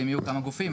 ואם יהיו כמה גופים,